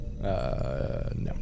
No